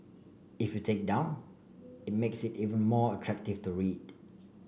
if you take down it makes it even more attractive to read